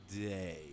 day